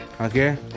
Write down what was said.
Okay